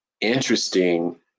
interesting